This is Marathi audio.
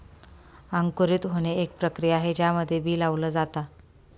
अंकुरित होणे, एक प्रक्रिया आहे ज्यामध्ये बी लावल जाता